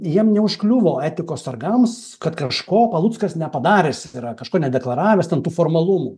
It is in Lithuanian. jiem neužkliuvo etikos sargams kad kažko paluckas nepadaręs yra kažko nedeklaravęs ten tų formalumų